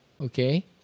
Okay